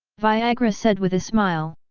viagra said with a smile.